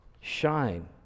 shine